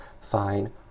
fine